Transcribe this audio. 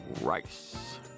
rice